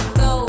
go